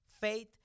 faith